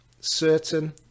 certain